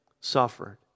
suffered